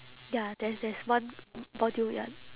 ya there's there's one module ya